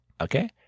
Okay